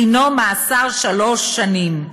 דינו מאסר שלוש שנים,